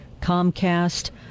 Comcast